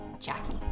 Jackie